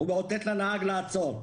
הוא מאותת לנהג לעצור,